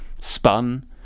spun